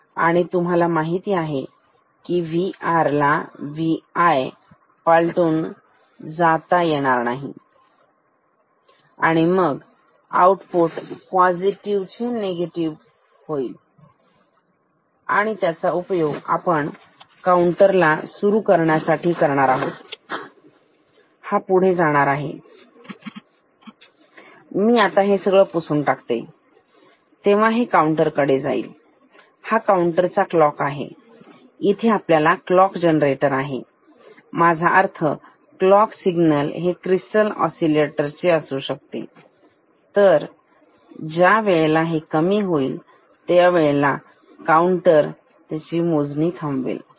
आणि तुम्हाला माहिती आहे Vr ला Vi पालटून जाणार आहे आणि मग आउटपुट पॉझिटिव्ह चे निगेटिव्ह होईल आणि त्याचा उपयोग आपण काउंटरला सुरू करण्यासाठी करणार आहोत आणि हा पुढे जाणार आहे मी हे सगळं पुसून टाकतो तेव्हा हे काउंटर कडे जाईल हा काउंटर चा क्लॉक आहे इथे आपल्याला क्लॉक जनरेटर आहे माझा अर्थ क्लॉक सिग्नल हे क्रिस्टल ओसिलेटर चे असू शकते तर ज्या वेळेला ते कमी होईल काउंटर त्याची मोजणी थांबवेल